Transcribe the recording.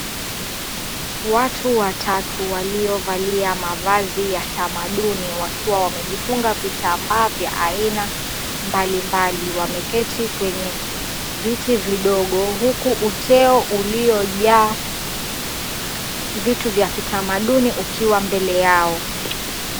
Watu watatu waliovalia mavazi ya kitamaduni wakiwa wamejifunga vitambaa vya aina mbalimbali wameketi kwenye viti vidogo huku uteo iliyojaa vitu vya kitamaduni ukiwa mbele yao.